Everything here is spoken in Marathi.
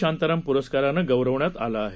शांताराम पुरस्कारानं गौरवण्यात आलं आहे